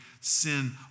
sin